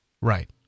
Right